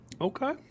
Okay